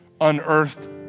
unearthed